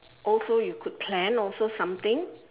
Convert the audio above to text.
also you could plan also something